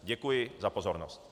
Děkuji za pozornost.